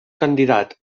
candidat